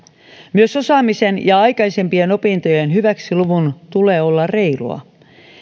myös osaamisen ja aikaisempien opintojen hyväksiluvun tulee olla reilua